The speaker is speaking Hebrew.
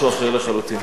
בבקשה.